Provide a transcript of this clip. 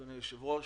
אדוני היושב-ראש,